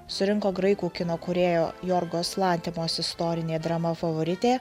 surinko graikų kino kūrėjo jorgos lantimos istorinė drama favoritė